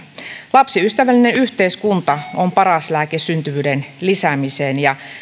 lapsiystävällinen yhteiskunta on paras lääke syntyvyyden lisäämiseen ja